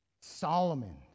Solomon